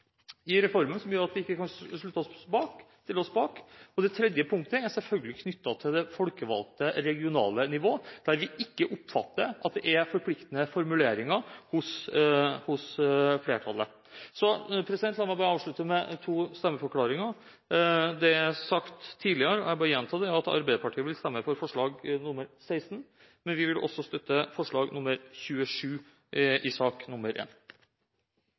i reformen som gjør at vi ikke kan slutte oss til den. Det tredje punktet er selvfølgelig knyttet til det folkevalgte, regionale nivå, der vi ikke oppfatter at det er forpliktende formuleringer fra flertallet. La meg bare avslutte med to stemmeforklaringer. Det er sagt tidligere – og jeg gjentar – at Arbeiderpartiet vil stemme for forslag nr. 16. Vi vil også støtte forslag nr. 27 i sak nr. 1. Representanten Karin Andersen har hatt ordet to ganger tidligere i debatten, og får ordet til en